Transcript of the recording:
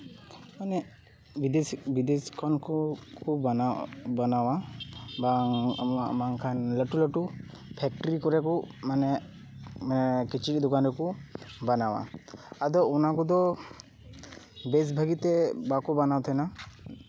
ᱢᱟᱱᱮ ᱵᱤᱫᱮᱥᱤ ᱵᱤᱫᱮᱥ ᱠᱷᱚᱱ ᱠᱚ ᱠᱚ ᱵᱟᱱᱟᱣᱟ ᱵᱟᱝᱠᱷᱟᱱ ᱞᱟᱹᱴᱩ ᱞᱟᱹᱩ ᱯᱷᱮᱠᱴᱚᱨᱤ ᱠᱚᱨᱮ ᱢᱟᱱᱮ ᱢᱟᱱᱮ ᱠᱤᱪᱨᱤᱪ ᱫᱚᱠᱟᱱ ᱨᱮᱠᱚ ᱟᱫᱚ ᱚᱱᱟ ᱠᱚᱫᱚ ᱵᱮᱥ ᱵᱷᱟᱹᱜᱤᱛᱮ ᱵᱟᱠᱚ ᱵᱟᱱᱟᱣ ᱛᱟᱦᱮᱱᱟ